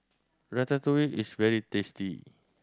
ratatouille is very tasty